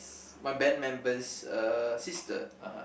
my band member's uh sister